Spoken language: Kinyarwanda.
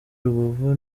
rubavu